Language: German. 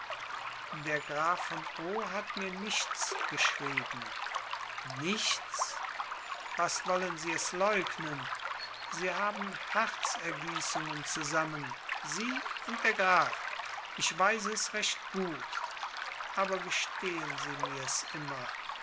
der graf von o hat mir nichts geschrieben nichts was wollen sie es leugnen sie haben herzensergießungen zusammen sie und der graf ich weiß es recht gut aber gestehen sie mirs immer